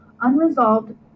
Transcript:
Unresolved